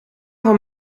van